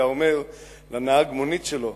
היה אומר לנהג המונית שלו,